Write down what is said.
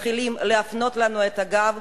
מתחילות להפנות לנו את הגב,